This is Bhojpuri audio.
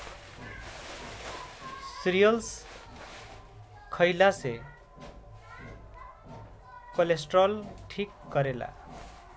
सीरियल्स खइला से कोलेस्ट्राल ठीक रहेला